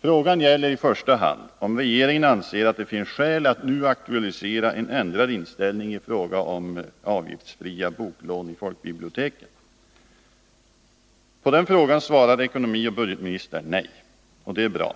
Frågan gäller i första hand om regeringen anser att det finns skäl att nu aktualisera en ändrad inställning i fråga om avgiftsfria boklån i folkbiblioteken. På den frågan svarar ekonomioch budgetministern nej, och det är bra.